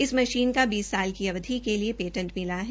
इस मशीन का बीस साल की अवधि के लिए पेटेंट मिला है